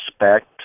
respect